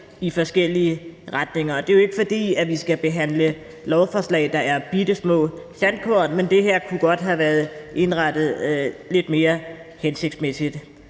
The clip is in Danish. i forskellige retninger. Det er jo ikke, fordi vi skal behandle lovforslag, der er bittesmå sandkorn, men det her kunne godt have været indrettet lidt mere hensigtsmæssigt.